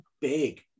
big